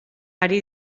ari